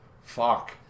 Fuck